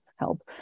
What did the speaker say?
help